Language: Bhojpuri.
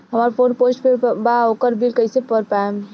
हमार फोन पोस्ट पेंड़ बा ओकर बिल कईसे भर पाएम?